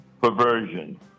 perversion